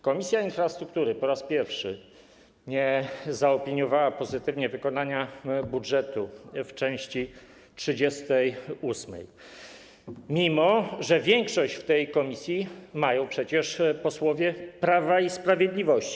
Komisja Infrastruktury po raz pierwszy nie zaopiniowała pozytywnie wykonania budżetu w części 38, mimo że większość w tej komisji mają przecież posłowie Prawa i Sprawiedliwości.